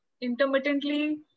intermittently